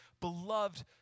beloved